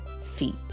feet